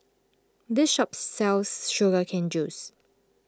this shop sells Sugar Cane Juice